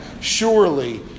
surely